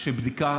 של בדיקה